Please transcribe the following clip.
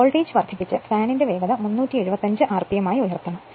voltage വർദ്ധിപ്പിച്ച് ഫാനിന്റെ വേഗത 375 ആർപിഎം ആയി ഉയർത്തണം